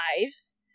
lives